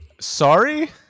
Sorry